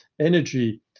energy